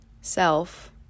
self